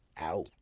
out